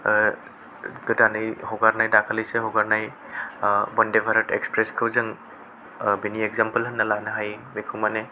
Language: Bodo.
गोदानै हगारनाय दाखालैसो हगारनाय बन्दे भारत एक्सप्रेस खौ जों बेनि एग्जाम्पोल होनना लानो हायो बेखौ माने